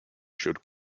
should